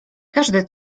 każdy